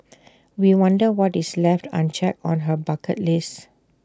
we wonder what is left unchecked on her bucket list